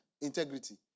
integrity